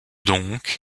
donc